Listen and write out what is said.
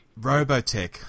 Robotech